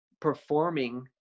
performing